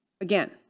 Again